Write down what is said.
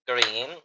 Green